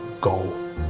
go